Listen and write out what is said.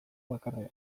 bakarrean